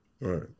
Right